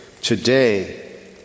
today